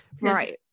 right